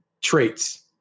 traits